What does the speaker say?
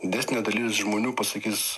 didesnė dalis žmonių pasakys